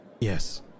Yes